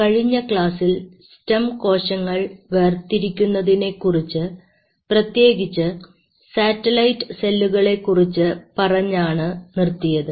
കഴിഞ്ഞ ക്ലാസ്സിൽ സ്റ്റം കോശങ്ങൾ വേർതിരിക്കുന്നതിനെക്കുറിച്ച് പ്രത്യേകിച്ച് സാറ്റലൈറ്റ് സെല്ലുകളെ കുറിച്ച് പറഞ്ഞാണ് നിർത്തിയത്